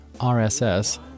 RSS